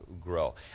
grow